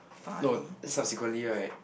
no subsequently right